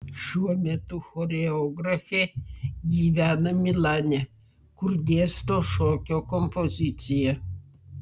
šiuo metu choreografė gyvena milane kur dėsto šokio kompoziciją